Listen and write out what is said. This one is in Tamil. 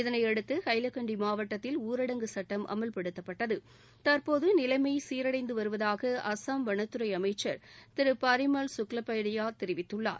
இதையடுத்து ஹைவாகன்ட் மாவட்டத்தில் ஊரடங்கு சுட்டம் அமல்படுத்தப்பட்டது தற்போது நிலைமை சீர்டந்து வருவதாக அசாம் வனத்துறை அமைச்சர் திரு பாரிமல் சுக்லாபையாடியா தெரிவித்துள்ளார்